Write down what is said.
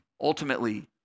ultimately